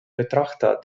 betrachter